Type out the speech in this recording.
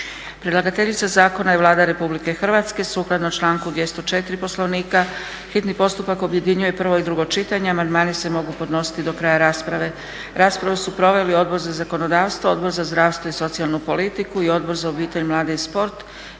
Predlagateljica zakona je Vlada Republike Hrvatske. Sukladno članku 204. Poslovnika hitni postupak objedinjuje prvo i drugo čitanje. Amandmani se mogu podnositi do kraja rasprave. Raspravu su proveli Odbor za zakonodavstvo, Odbor za zdravstvo i socijalnu politiku i Odbor za obitelj, mlade i sport.